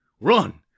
run